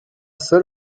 seul